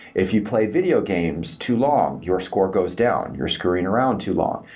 if you play video games too long, your score goes down. you're screwing around too long.